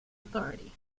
authority